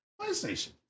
PlayStation